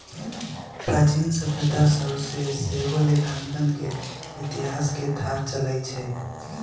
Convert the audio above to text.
प्राचीन सभ्यता सभ से सेहो लेखांकन के इतिहास के थाह चलइ छइ